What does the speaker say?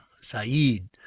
Saeed